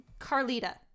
Carlita